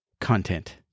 Content